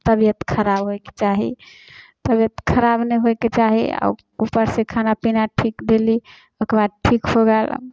तबियत खराब होइके चाही तबियत खराब नहि होइके चाही आ ऊपर से खाना पीना ठीक देली ओकरबाद ठीक हो गेल